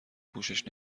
پوشش